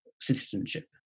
citizenship